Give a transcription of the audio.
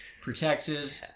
protected